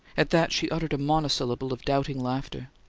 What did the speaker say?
at that she uttered a monosyllable of doubting laughter.